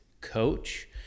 coach